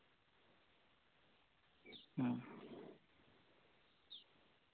ᱦᱩᱸ